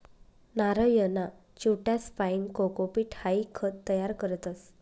नारयना चिवट्यासपाईन कोकोपीट हाई खत तयार करतस